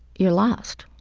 you're lost.